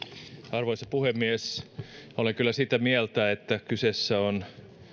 arvoisa puhemies olen kyllä sitä mieltä että kyseessä on